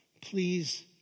please